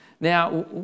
Now